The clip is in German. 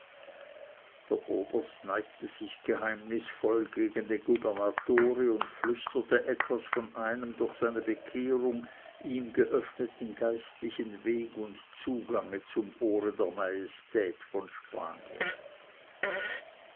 der oberst neigte sich geheimnisvoll gegen den gubernatore und flüsterte etwas von einem durch seine bekehrung ihm geöffneten geistlichen weg und zugange zum ohre der majestät von spanien